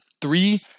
three